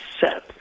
set